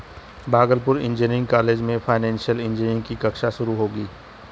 Bhagalpur engineering college में financial engineering की कक्षा शुरू होगी